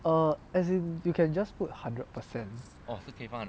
err as in you can just put one hundred percent